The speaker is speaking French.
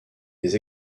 des